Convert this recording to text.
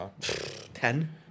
Ten